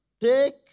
take